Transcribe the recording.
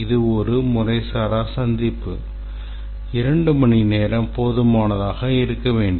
இது ஒரு முறைசாரா சந்திப்பு இரண்டு மணிநேரம் போதுமானதாக இருக்க வேண்டும்